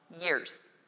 years